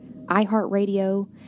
iHeartRadio